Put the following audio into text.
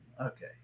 okay